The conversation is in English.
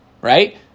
right